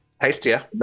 Hastier